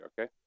okay